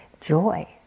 joy